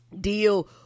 deal